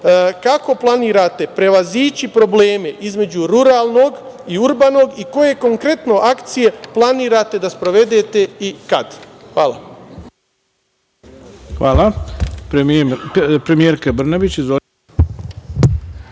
kako planirate prevazići probleme između ruralnog i urbanog i koje konkretno akcije planirate da sprovedete i kada? Hvala. **Ivica Dačić**